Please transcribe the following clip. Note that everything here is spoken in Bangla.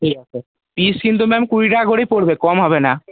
ঠিক আছে পিস কিন্তু ম্যাম কুড়ি টাকা করেই পড়বে কম হবে না